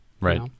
Right